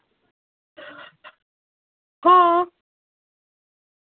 हां